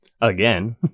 Again